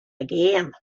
again